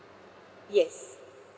yes